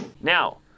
Now